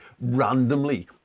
randomly